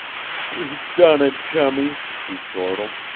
we done it, chummie! he chortled.